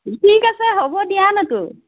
ঠিক আছে হ'ব দিয়া